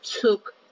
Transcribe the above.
took